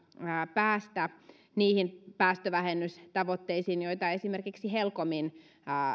päästä niihin päästövähennystavoitteisiin joita esimerkiksi helcomin